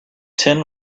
tin